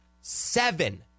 seven